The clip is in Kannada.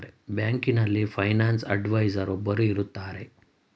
ಬ್ಯಾಂಕಿನಲ್ಲಿ ಫೈನಾನ್ಸ್ ಅಡ್ವೈಸರ್ ಒಬ್ಬರು ಇರುತ್ತಾರೆ